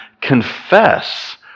confess